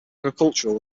agricultural